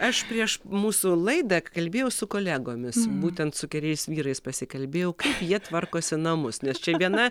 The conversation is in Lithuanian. aš prieš mūsų laidą kalbėjau su kolegomis būtent su keliais vyrais pasikalbėjau kaip jie tvarkosi namus nes čia viena